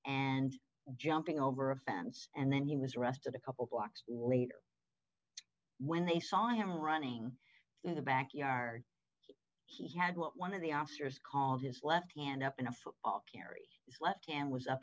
and jumping over a fence and then he was arrested a couple blocks later when they saw him running through the back yard he had what one of the officers call his left hand up in a football carry his left hand was up